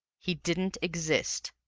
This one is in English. he didn't exist.